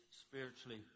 spiritually